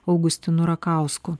augustinu rakausku